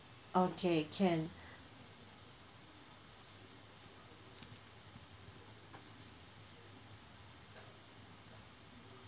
okay can